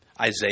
Isaiah